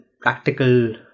practical